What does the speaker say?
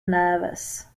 nervous